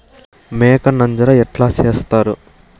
మేక నంజర ఎట్లా సేస్తారు?